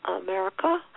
America